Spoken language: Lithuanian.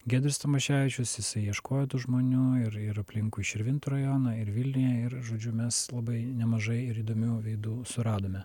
giedrius tamaševičius jisai ieškojo tų žmonių ir ir aplinkui širvintų rajoną ir vilniuje ir žodžiu mes labai nemažai ir įdomių veidų suradome